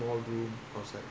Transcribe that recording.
ya I pray already